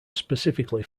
specifically